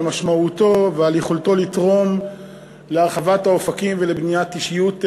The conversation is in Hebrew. על משמעותו ועל יכולתו לתרום להרחבת האופקים ולבניית אישיות שלמה,